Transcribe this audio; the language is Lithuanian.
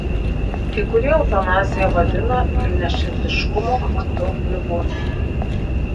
kai kurie eutanaziją vadina kilniaširdiškumo aktu ligoniui